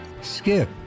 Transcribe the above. skip